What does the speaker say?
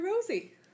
Rosie